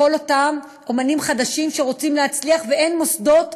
לכל אותם אמנים חדשים שרוצים להצליח ואין מוסדות